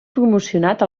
promocionat